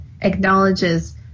acknowledges